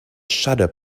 shudder